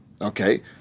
Okay